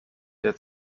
der